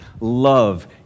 love